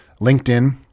LinkedIn